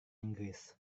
inggris